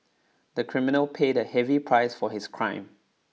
the criminal paid a heavy price for his crime